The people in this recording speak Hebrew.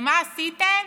ומה עשיתם?